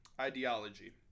Ideology